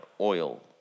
oil